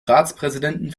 ratspräsidenten